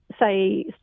say